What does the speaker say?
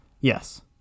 yes